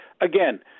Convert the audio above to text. Again